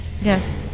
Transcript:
Yes